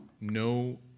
no